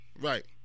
Right